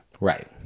Right